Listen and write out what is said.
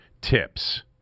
tips